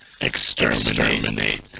Exterminate